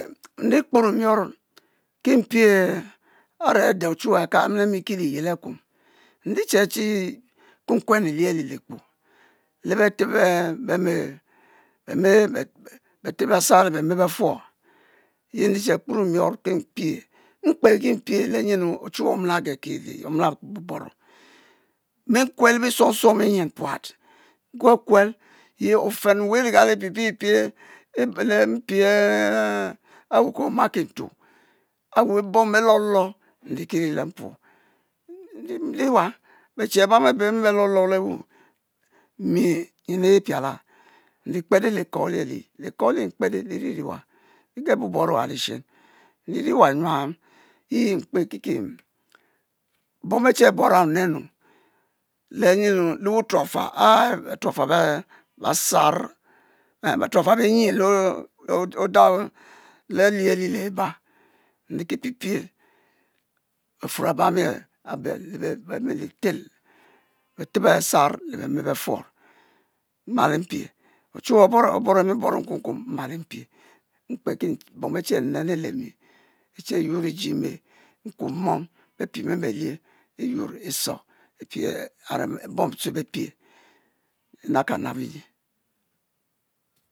Nri kpuro miou ki mpie a're ade ohuwue amilemiki liye akuom, nriche chi kwenu lie alilikpo le beteb. eh be-me beteb bassar lebi biffuour, yi nriche kpuri miou ki-mpie. mkpe ki-mkpe lenyenu,? ochuwue omiloge pie binyuam, lenyenu ochuwue omila buburo nmi kuel le bisuog kuong binyen puat, nkuekuel ye offen wu iri galipipipie, le mpien awu ku oma kintuo, awu bom belolo, nrikiri le mpuo, nri ewa beche abami abeh bene belolo lewu, mi nyen ipiala nri kpelo liko elie'lie, li'ko ali mkpedo liri'ri ewa, lige bubou ewa lishe, li iri wa nyuam, yi yi mkpe kiki bom beche bowa onem, lenyenu? Le wutulo afal, a'betuafal bessar, betuaful benyi le odang le lie ali le-eba, nri ki-pipie beffuor abami abe le be-meh litel beteb bessar le-be-mw beffuor, nmal mpie, ochuchue obore mi-boro nkuom nkuom, nmal mpie, mkpe ki bom be-che tenenu le-mi, eche yuor eji emeh nkuor mom, be-pie mi belie, iyuor iso, ipie a're bom tue be-pie nnab kannab nyi